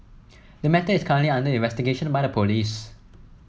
the matter is currently under investigation by the police